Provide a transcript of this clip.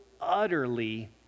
utterly